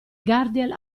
gardiel